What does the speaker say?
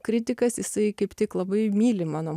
kritikas jisai kaip tik labai myli mano